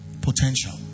Potential